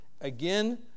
Again